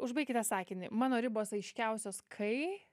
užbaikite sakinį mano ribos aiškiausios kai